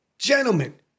Gentlemen